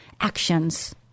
actions